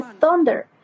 thunder